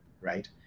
right